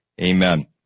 amen